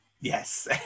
Yes